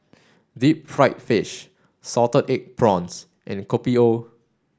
deep fried fish salted egg prawns and Kopi O